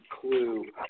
clue